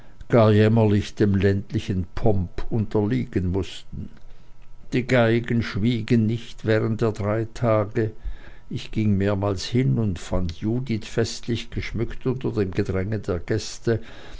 gar jämmerlich dem ländlichen pomp unterliegen mußten die geigen schwiegen nicht während der drei tage ich ging mehrmals hin und fand judith festlich geschmückt unter dem gedränge der gäste